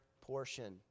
portion